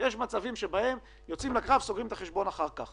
יש מצבים שבהם יוצאים לקרב וסוגרים את החשבון אחר כך.